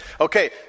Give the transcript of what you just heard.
Okay